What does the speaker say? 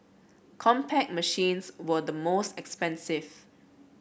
Compaq machines were the most expensive